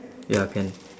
ya can